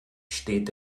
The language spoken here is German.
steht